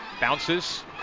Bounces